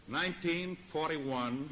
1941